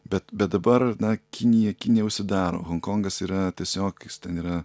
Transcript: bet bet dabar na kinija kinija užsidaro honkongas yra tiesiog jis ten yra